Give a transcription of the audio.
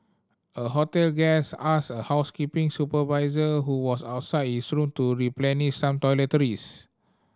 a hotel guest asked a housekeeping supervisor who was outside his room to replenish some toiletries